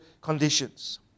conditions